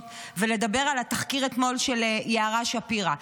ולדבר על התחקיר של יערה שפירא אתמול.